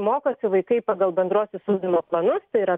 mokosi vaikai pagal bendruosius ugdymo planus tai yra